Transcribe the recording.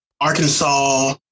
Arkansas